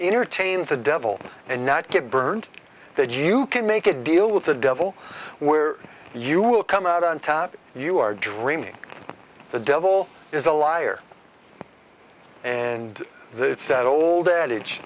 entertain the devil and not get burned that you can make a deal with the devil where you will come out on top you are dreaming the devil is a liar and the old adage